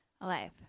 Alive